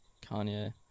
kanye